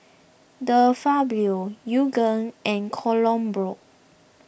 De Fabio Yoogane and Kronenbourg